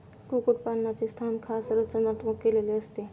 कुक्कुटपालनाचे स्थान खास रचनात्मक केलेले असते